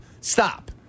Stop